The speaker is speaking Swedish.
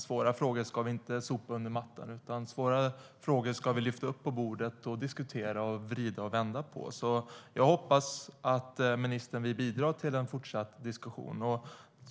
Svåra frågor ska vi inte sopa under mattan, utan svåra frågor ska vi lyfta upp på bordet, diskutera och vrida och vända på. Jag hoppas därför att ministern vill bidra till en fortsatt diskussion.